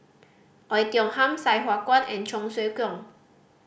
Oei Tiong Ham Sai Hua Kuan and Cheong Siew Keong